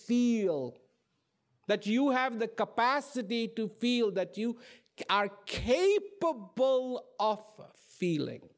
feel that you have the capacity to feel that you are capable of feeling